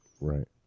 Right